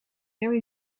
there